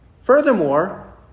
Furthermore